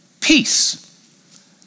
Peace